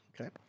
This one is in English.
Okay